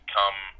come